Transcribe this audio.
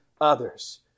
others